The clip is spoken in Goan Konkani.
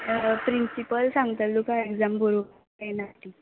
ह प्रिंसिपल सांगतल् तुका एग्जाम बरो कांय ना ती